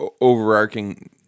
overarching